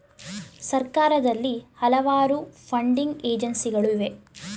ಸರ್ಕಾರದಲ್ಲಿ ಹಲವಾರು ಫಂಡಿಂಗ್ ಏಜೆನ್ಸಿಗಳು ಇವೆ